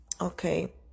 Okay